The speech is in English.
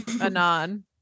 Anon